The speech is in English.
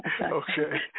Okay